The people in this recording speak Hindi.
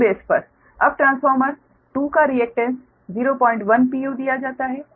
अब ट्रांसफॉर्मर 2 का रिएक्टेन्स 01pu दिया जाता है